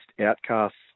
outcasts